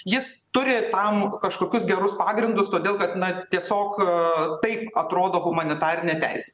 jis turi tam kažkokius gerus pagrindus todėl kad na tiesiog taip atrodo humanitarinė teisė